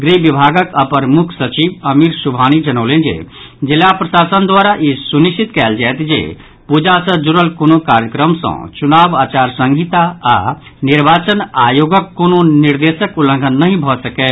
गृह विभागक अपर मुख्य सचिव आमिर सुबहानी जनौलनि जे जिला प्रशासन द्वारा ई सुनिश्चित कयल जायत जे पूजा सँ जुड़ल कोनो कार्यक्रम सँ चुनाव आचार संहिता आओर निर्वाचन आयोगक कोनो निर्देशक उल्लंघन नहि भऽ सकय